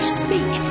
speak